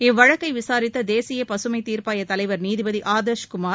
இவ்வழக்கை விசாரித்த தேசிய பசுமை தீர்ப்பாய தலைவர் நீதிபதி ஆதர்ஷ் குமார்